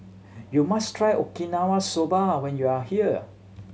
you must try Okinawa Soba when you are here